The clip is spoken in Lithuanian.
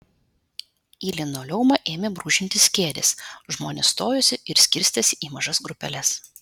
į linoleumą ėmė brūžintis kėdės žmonės stojosi ir skirstėsi į mažas grupeles